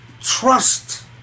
trust